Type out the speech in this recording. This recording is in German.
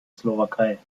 slowakei